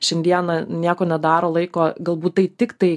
šiandieną nieko nedaro laiko galbūt tai tiktai